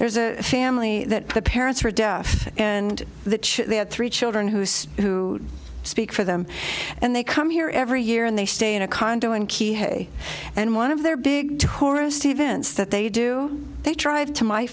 there's a family that the parents are deaf and that they had three children who is who speak for them and they come here every year and they stay in a condo in key hay and one of their big tourist events that they do they tried to my